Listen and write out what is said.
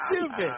stupid